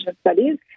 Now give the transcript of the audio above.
studies